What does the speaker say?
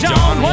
John